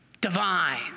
Divine